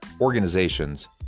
organizations